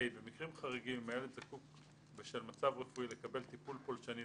במקרים חריגים אם הילד זקוק בשל מצב רפואי לקבל טיפול פולשני,